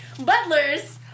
butlers